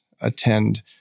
attend